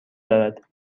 دارد